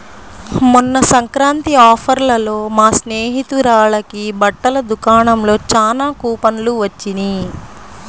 మొన్న సంక్రాంతి ఆఫర్లలో మా స్నేహితురాలకి బట్టల దుకాణంలో చానా కూపన్లు వొచ్చినియ్